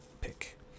pick